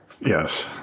Yes